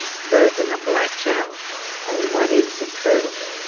birthing a black child and what is the proof?